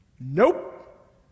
Nope